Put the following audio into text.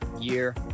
year